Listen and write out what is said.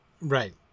Right